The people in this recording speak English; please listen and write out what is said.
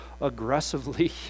aggressively